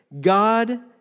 God